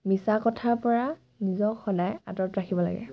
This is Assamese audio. মিছা কথাৰপৰা নিজক সদায় আঁতৰত ৰাখিব লাগে